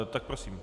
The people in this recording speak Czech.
Tak prosím.